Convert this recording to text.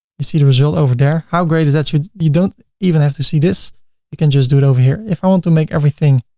you see the result over there. how great is that? sort of you don't even have to see this you can just do it over here. if i want to make everything